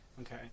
Okay